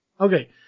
Okay